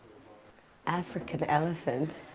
african elephant.